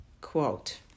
Quote